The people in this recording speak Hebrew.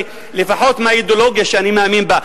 לפחות של האידיאולוגיה שאני מאמין בה.